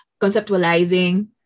conceptualizing